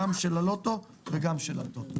גם של הלוטו וגם של הטוטו.